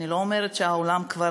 אני לא אומרת שהעולם כבר,